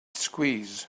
squeeze